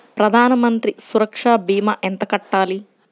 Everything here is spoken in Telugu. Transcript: ప్రధాన మంత్రి సురక్ష భీమా ఎంత కట్టాలి?